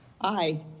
Aye